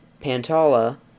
Pantala